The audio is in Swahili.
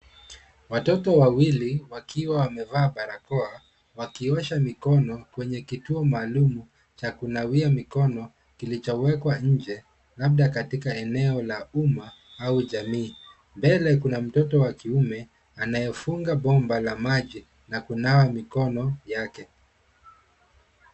Watoto wawili wakiwa wamevaa barakoa wakiosha mikono kwenye kituo maalum cha kunawia mikono kilichowekwa nje labda katika eneo la umma au jamii. Mbele kuna mtoto wa kiume anyefunga bomba la maji na kunawa mikono yake.